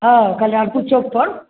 हाँ कल्याणपुर चौक पर